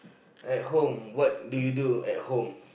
at home what do you do at home